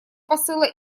посыла